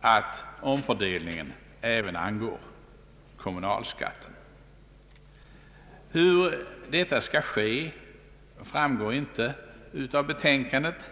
att omfördelningen även angår kommunalskatten. Hur detta skall ske framgår inte av betänkandet.